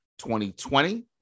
2020